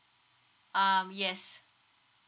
um yes